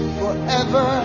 forever